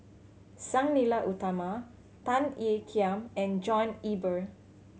Sang Nila Utama Tan Ean Kiam and John Eber